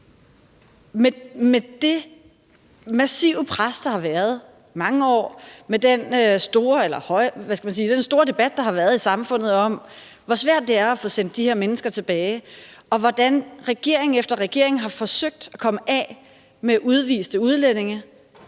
Med det massive pres, der har været i mange år, med den store debat, der har været i samfundet, om, hvor svært det er at få sendt de her mennesker tilbage, og med den situation, at regering efter regering har forsøgt at komme af med udviste udlændinge,